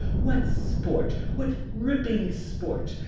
what sport, what ripping sport.